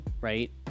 right